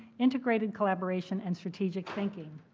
integrated collaboration, and strategic thinking.